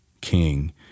king